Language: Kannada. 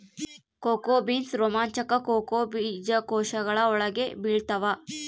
ಕೋಕೋ ಬೀನ್ಸ್ ರೋಮಾಂಚಕ ಕೋಕೋ ಬೀಜಕೋಶಗಳ ಒಳಗೆ ಬೆಳೆತ್ತವ